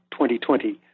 2020